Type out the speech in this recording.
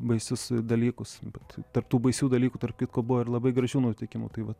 baisius dalykus bet tarp tų baisių dalykų tarp kitko buvo ir labai gražių nutikimų tai vat